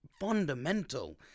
fundamental